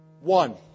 One